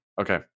Okay